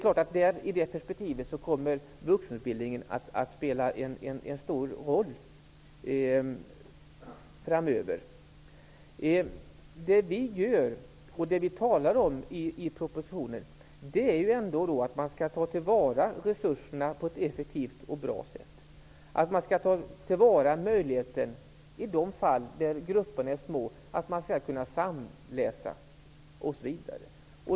Sett i det perspektivet kommer vuxenutbildningen att spela en stor roll framöver. Det vi talar om i propositionen är ändå att man skall ta till vara resurserna på ett effektivt och bra sätt. I de fall då grupperna är små skall man ta till vara möjligheten att samläsa osv.